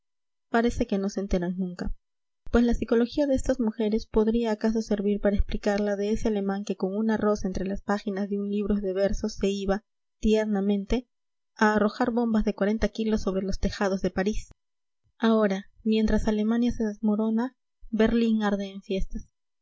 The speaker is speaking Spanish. parece que no se enteran nunca pues la psicología de estas mujeres podría acaso servir para explicar la de ese alemán que con una rosa entre las páginas de un libro de versos se iba tiernamente a arrojar bombas de cuarenta kilos sobre los tejados de parís ahora mientras alemania se desmorona berlín arde en fiestas